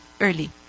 early